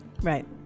Right